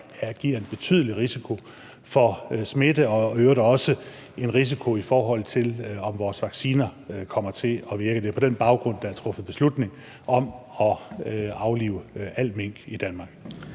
giver en betydelig risiko for smitte og i øvrigt også en risiko i forhold til, om vores vacciner kommer til at virke. Det er på den baggrund, der er truffet beslutning om at aflive alle mink i Danmark.